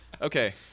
Okay